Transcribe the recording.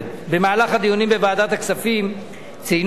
במהלך הדיונים בוועדת הכספים ציינו היועץ